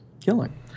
killing